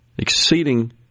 Exceeding